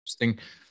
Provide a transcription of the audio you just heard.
Interesting